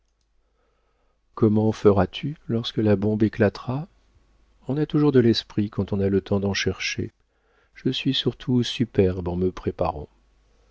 comment feras-tu lorsque la bombe éclatera on a toujours de l'esprit quand on a le temps d'en chercher je suis surtout superbe en me préparant